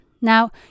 Now